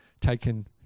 taken